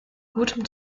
gutem